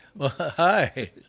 Hi